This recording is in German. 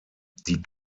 die